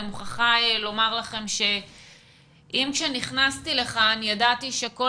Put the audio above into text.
אני מוכרחה לומר לכם שאם כשנכנסתי לכאן ידעתי שכל